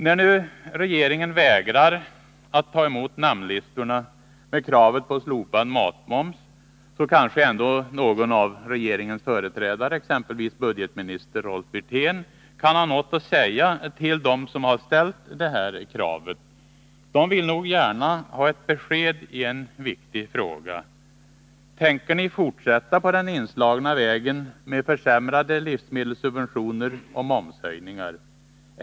När nu regeringen vägrar att ta emot namnlistorna med kravet på slopad matmoms, så kanske ändå någon av regeringens företrädare — exempelvis budgetminister Rolf Wirtén — kan ha något att säga till dem som ställt kravet. De vill nog gärna ha besked i en viktig fråga. Tänker ni fortsätta på den inslagna vägen med försämrade livsmedelssubventioner och momshöjningar?